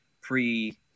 pre